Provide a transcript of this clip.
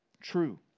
true